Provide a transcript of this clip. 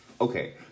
Okay